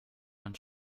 man